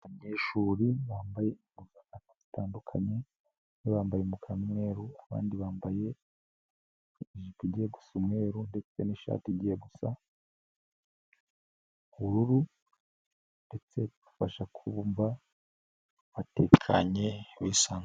Abanyeshuri bambaye impuzankano zitandukanye bamwe bambaye umukara n'umweru, abandi bambaye ijipo igiye gusa umweru, ndetse n'ishati igiye gusa ubururu, ndetse bafasha kumva batekanye bisa.